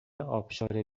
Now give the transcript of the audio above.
ابشار